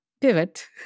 pivot